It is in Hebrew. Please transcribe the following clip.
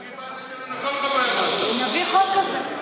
אני בעד לשלם לכל חברי, נביא חוק כזה.